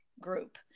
group